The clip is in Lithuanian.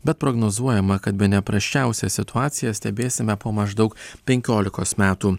bet prognozuojama kad bene prasčiausią situaciją stebėsime po maždaug penkiolikos metų